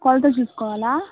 కొలత చూసుకోవాలా